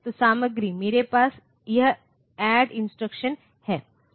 तोसामग्री मेरे पास यह ऐड इंस्ट्रक्शन है